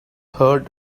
herd